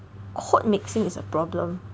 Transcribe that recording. code mixing is a problem